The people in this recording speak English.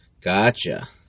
Gotcha